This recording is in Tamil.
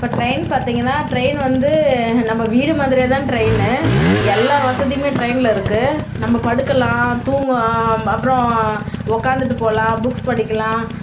இப்போ ட்ரெயின் பார்த்திங்கன்னா ட்ரெயின் வந்து நம்ம வீடு மாதிரியே தான் ட்ரெயின்னு எல்லா வசதியுமே ட்ரெயினில் இருக்குது நம்ம படுக்கலாம் தூங்கலாம் அப்புறம் உட்காந்துட்டு போகலாம் புக்ஸ் படிக்கலாம்